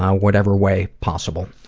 whatever way possible